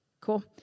Cool